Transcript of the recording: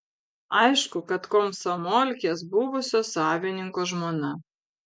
aišku kad komsomolkės buvusio savininko žmona